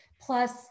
Plus